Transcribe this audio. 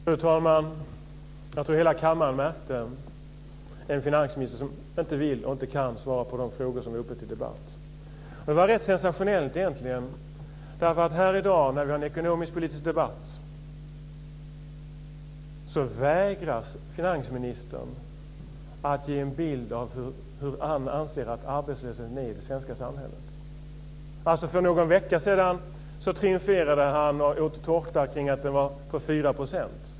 Fru talman! Jag tror att hela kammaren märkte att vi har en finansminister som inte vill och inte kan svara på de frågor som är uppe till debatt. Det är egentligen rätt sensationellt att finansministern här i dag när vi har en finanspolitisk debatt vägrar att ge en bild av hur han anser att arbetslösheten är i det svenska samhället. För någon vecka sedan triumferade han och åt tårta med anledning av att arbetslösheten kommit ned i 4 %.